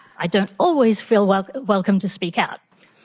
i don't always feel welcome welcome to speak out.